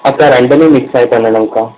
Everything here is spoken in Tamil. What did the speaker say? அக்கா ரெண்டுமே மிக்ஸ் ஆகி பண்ணணுங்கக்கா